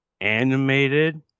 Animated